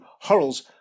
hurls